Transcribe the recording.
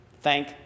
Thank